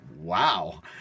wow